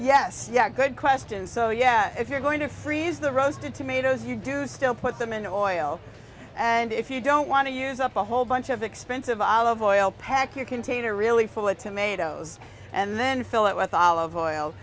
yes yeah good question so yeah if you're going to freeze the roasted tomatoes you do still put them in a boil and if you don't want to use up a whole bunch of expensive olive oil pack your container really full a tomatoes and then fill it with olive oil